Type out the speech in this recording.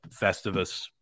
Festivus